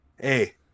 hey